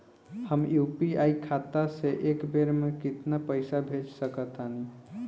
हम यू.पी.आई खाता से एक बेर म केतना पइसा भेज सकऽ तानि?